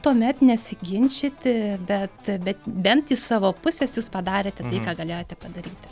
tuomet nesiginčyti bet bet bent iš savo pusės jūs padarėte ką galėjote padaryti